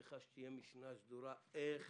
צריכה להיות משנה סדורה, איך